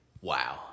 Wow